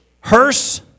hearse